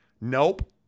Nope